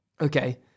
Okay